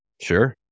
Sure